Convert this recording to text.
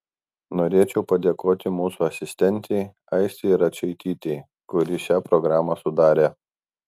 norėčiau padėkoti mūsų asistentei aistei račaitytei kuri šią programą sudarė